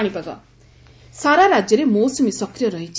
ପାଣିପାଗ ସାରା ରାଜ୍ୟରେ ମୌସୁମୀ ସକ୍ରିୟ ରହିଛି